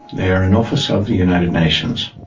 they are an office of the united nations.